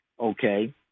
Okay